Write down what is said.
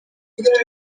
dufite